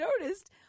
noticed